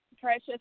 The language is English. Precious